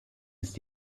ist